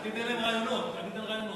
אל תיתן להם רעיונות, אל תיתן להם רעיונות.